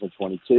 2022